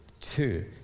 two